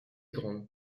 grande